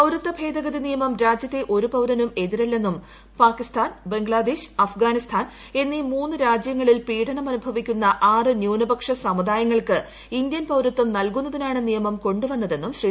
പൌരത്വഭേദഗതി നിയമം രാജ്യത്തെ ഒരു പൌരനും എതിരല്ലെന്നും പാകിസ്ഥാൻ ബംഗ്ലാദേശ് അഫ്ഗാനിസ്ഥാൻ എന്നീ മൂന്ന് രാജ്യങ്ങളിൽ പീഡനം അനുഭവിക്കുന്ന ആറ് ന്യൂനപക്ഷ സമുദായങ്ങൾക്ക് ഇന്ത്യൻ പൌരത്വം നൽകുന്നതിനാണ് നിയമം കൊണ്ടുവന്നതെന്നും ശ്രീ